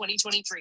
2023